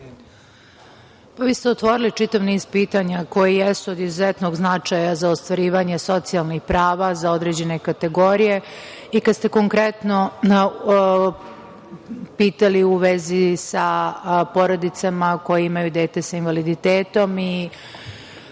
Vi ste otvorili čitav niz pitanja koji jesu od izuzetnog značaja za ostvarivanje socijalnih prava za određene kategorije. Kada ste konkretno pitali u vezi sa porodicama koje imaju dete sa invaliditetom,